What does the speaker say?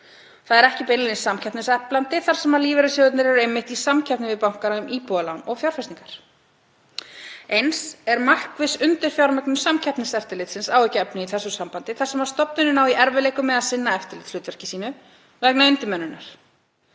Það er ekki beinlínis samkeppniseflandi þar sem lífeyrissjóðirnir eru einmitt í samkeppni við bankana um íbúðalán og fjárfestingar. Eins er markviss undirfjármögnun Samkeppniseftirlitsins áhyggjuefni í þessu sambandi þar sem stofnunin á í erfiðleikum með að sinna eftirlitshlutverki sínu vegna undirmönnunar.